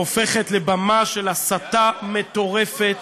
הופכת לבמה של הסתה מטורפת,